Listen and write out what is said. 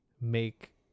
make